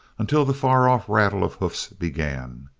until the far-off rattle of hoofs began.